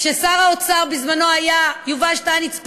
כששר האוצר היה בזמנו יובל שטייניץ,